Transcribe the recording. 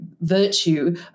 virtue